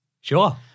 Sure